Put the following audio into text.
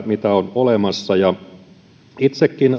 mitä on olemassa itsekin